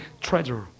treasure